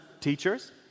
teachers